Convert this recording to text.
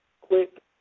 quick